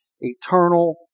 eternal